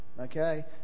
Okay